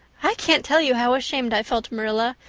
i can't tell you how ashamed i felt, marilla,